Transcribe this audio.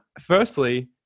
Firstly